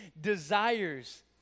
desires